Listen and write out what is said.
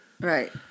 Right